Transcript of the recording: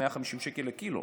150 שקל לקילו.